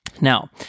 Now